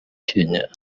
kenya